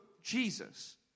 Jesus